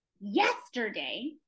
yesterday